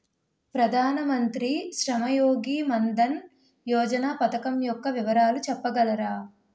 ప్రధాన మంత్రి శ్రమ్ యోగి మన్ధన్ యోజన పథకం యెక్క వివరాలు చెప్పగలరా?